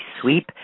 sweep